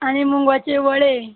आणि मुगाचे वडे